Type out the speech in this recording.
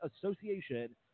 Association